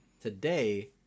Today